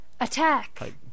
attack